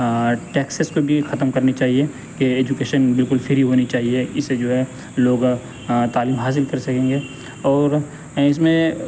taxes کو بھی ختم کرنی چاہیے کہ ایجوکیشن بالکل فری ہونی چاہیے اسے جو ہے لوگ تعلیم حاصل کر سکیں گے اور اس میں